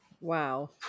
Wow